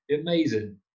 Amazing